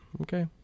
Okay